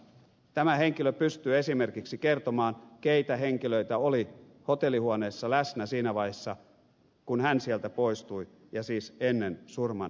tämä henkilö pystyy esimerkiksi kertomaan keitä henkilöitä oli hotellihuoneessa läsnä siinä vaiheessa kun hän sieltä poistui ja siis ennen surman tapahtumista